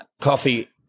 coffee